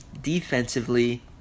Defensively